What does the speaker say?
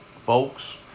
folks